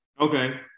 Okay